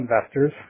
investors